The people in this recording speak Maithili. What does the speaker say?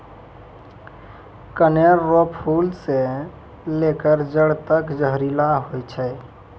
कनेर रो फूल से लेकर जड़ तक जहरीला होय छै